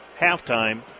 halftime